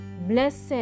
Blessed